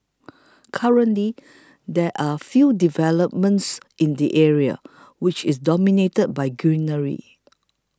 currently there are few developments in the area which is dominated by greenery